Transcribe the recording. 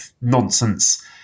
nonsense